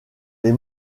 les